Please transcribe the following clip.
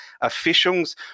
officials